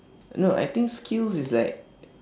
no I think skills is like